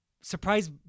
surprise